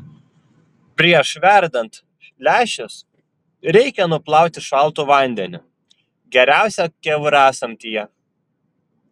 prieš verdant lęšius reikia nuplauti šaltu vandeniu geriausia kiaurasamtyje